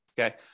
Okay